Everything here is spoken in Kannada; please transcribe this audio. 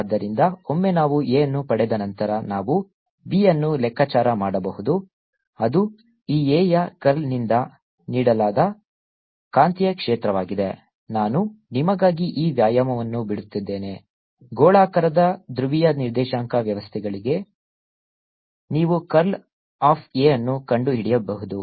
ಆದ್ದರಿಂದ ಒಮ್ಮೆ ನಾವು A ಅನ್ನು ಪಡೆದ ನಂತರ ನಾವು B ಅನ್ನು ಲೆಕ್ಕಾಚಾರ ಮಾಡಬಹುದು ಅದು ಈ A ಯ ಕರ್ಲ್ನಿಂದ ನೀಡಲಾದ ಕಾಂತೀಯ ಕ್ಷೇತ್ರವಾಗಿದೆ BA ನಾನು ನಿಮಗಾಗಿ ಈ ವ್ಯಾಯಾಮವನ್ನು ಬಿಡುತ್ತಿದ್ದೇನೆ ಗೋಳಾಕಾರದ ಧ್ರುವೀಯ ನಿರ್ದೇಶಾಂಕ ವ್ಯವಸ್ಥೆಗಳಲ್ಲಿ ನೀವು ಕರ್ಲ್ ಆಫ್ A ಅನ್ನು ಕಂಡುಹಿಡಿಯಬಹುದು